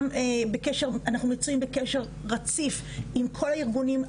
אנחנו נמצאים בקשר רציף עם כל הארגונים,